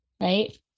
Right